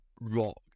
rock